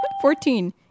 Fourteen